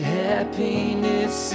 happiness